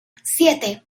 siete